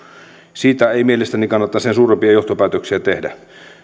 siitä ei mielestäni kannattaisi sen suurempia johtopäätöksiä tehdä